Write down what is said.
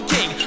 King